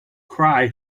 cry